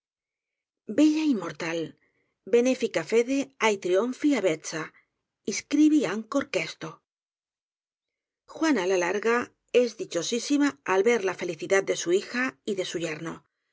inmortal benéfica fede ai trionfi avezza scrivi ancor questo juana la larga es dichosísima al ver la felicidad de su hija y de su yerno